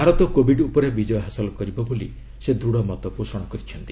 Bharat Covid ଉପରେ ବିଜୟ ହାସଲ କରିବ ବୋଲି ସେ ଦୃଢ଼ ମତ ପୋଷଣ କରିଛନ୍ତି